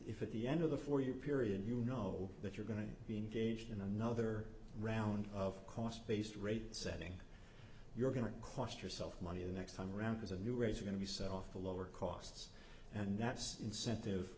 if at the end of the four year period you know that you're going to be engaged in another round of cost base rate setting you're going to cluster self money the next time around is a new race going to be set off a lower costs and that's incentive